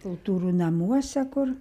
kultūrų namuose kur